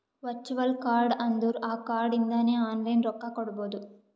virtual card ಅಂದುರ್ ಆ card ಇಂದಾನೆ ಆನ್ಲೈನ್ ರೊಕ್ಕಾ ಕೊಡ್ಬೋದು